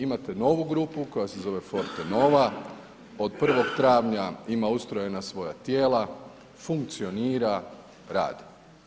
Imate novu grupu koja se zove Fortenova, od 1. travnja ima ustrojena svoja tijela, funkcionira, radi.